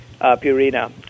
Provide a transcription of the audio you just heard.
Purina